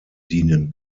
dienen